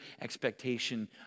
expectation